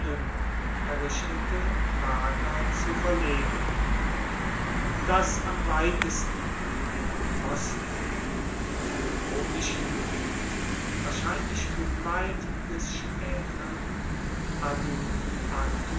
errichtete lager zu verlegen das am weitesten gegen osten im eburonischen gebiet wahrscheinlich unweit des späteren